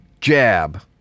jab